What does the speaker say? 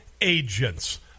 agents